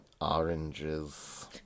Oranges